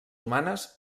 humanes